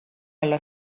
alla